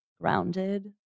grounded